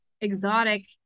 exotic